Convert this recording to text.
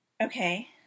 Okay